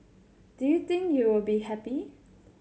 do you think you will be happy